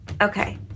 Okay